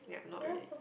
yup not really